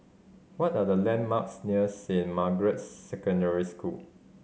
what are the landmarks near Saint Margaret's Secondary School